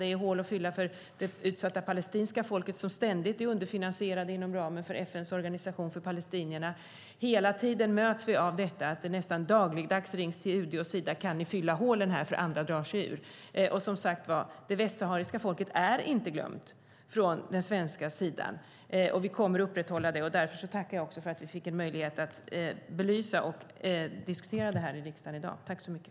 Det är hål att fylla för det utsatta palestinska folket, som ständigt är underfinansierat inom ramen för FN:s organisation för palestinierna. Hela tiden möts vi av att det nästan dagligdags kommer påringningar till UD och Sida: Kan ni fylla hålen, för andra drar sig ur? Det västsahariska folket är inte glömt från svensk sida. Vi kommer att upprätthålla detta. Därför tackar jag för att vi fick en möjlighet att belysa och diskutera den här frågan i riksdagen i dag.